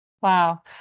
Wow